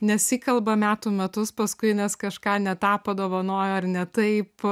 nesikalba metų metus paskui nes kažką ne tą padovanojo ar ne taip